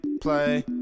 play